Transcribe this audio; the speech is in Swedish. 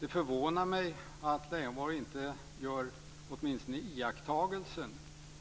Det förvånar mig att Lars Leijonborg inte gör åtminstone iakttagelsen